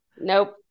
Nope